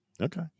okay